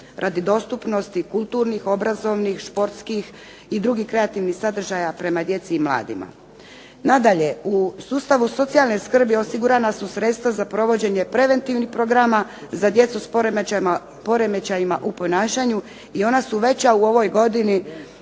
radi dostupnosti kulturnih, obrazovnih, športskih i drugih kreativnih sadržaja prema djeci i mladima. Nadalje, u sustavu socijalne skrbi osigurana su sredstva za provođenje preventivnih programa za djecu s poremećajima u ponašanju i ona su veća u ovoj godini